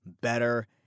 better